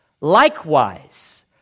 likewise